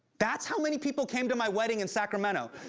that's how many people came to my wedding in sacramento.